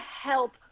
help